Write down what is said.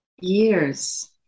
years